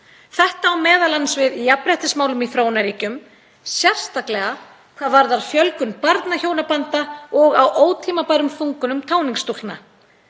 Þetta á m.a. við í jafnréttismálum í þróunarríkjum, sérstaklega hvað varðar fjölgun barnahjónabanda og á ótímabærum þungunum táningsstúlkna.